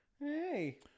Hey